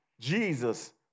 Jesus